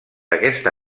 aquesta